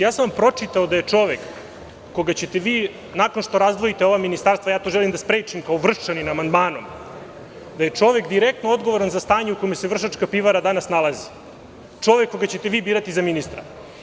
Pročitao sam vam da je čovek, koga ćete vi nakon što razdvojite ova ministarstva, ja to želim da sprečim, kao Vrščanin, amandmanom, da je čovek direktno odgovoran za stanje u kome se „Vršačka pivara“ danas nalazi, čovek koga ćete vi birati za ministra.